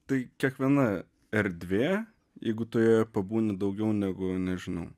tai kiekviena erdvė jeigu tu joje pabūni daugiau negu nežinau